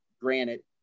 Granite